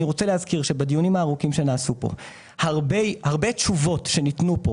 אני רוצה להזכיר שבדיונים הארוכים שנעשו פה הרבה תשובות שניתנו פה